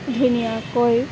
ধুনীয়াকৈ